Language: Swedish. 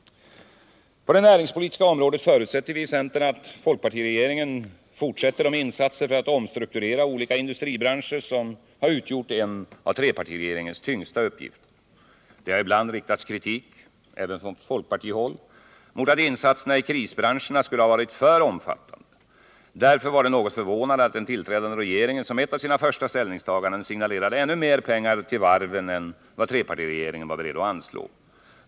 På det näringspolitiska området förutsätter vi i centern, att folkpartiregeringen fortsätter de insatser för att omstrukturera olika industribranscher som utgjort en av trepartiregeringens tyngsta uppgifter. Det har ibland riktats kritik — även från folkpartihåll — mot att insatserna i krisbranscherna skulle ha varit för omfattande. Därför var det något förvånande att den tillträdande regeringen som ett av sina första ställningstaganden signalerade ännu mer pengar till varven än vad trepartiregeringen var beredd att anslå.